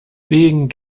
wegen